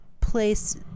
place